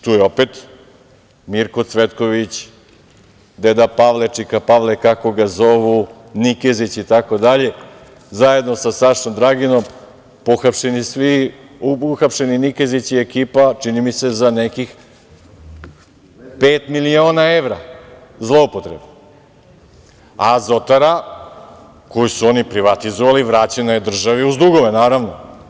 Tu je opet Mirko Cvetković, deda Pavle, čika Pavle, kako ga zovu, Nikezić itd, zajedno sa Sašom Draginom, pohapšeni svi, uhapšeni Nikezić i ekipa, čini mi se, za nekih pet miliona evra zloupotrebe, a Azotara, koju su oni privatizovali, vraćena je državi, uz dugove, naravno.